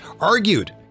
argued